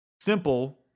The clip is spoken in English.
simple